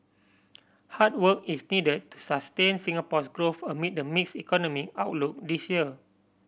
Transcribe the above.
hard work is need to sustain Singapore's growth amid the mix economic outlook this year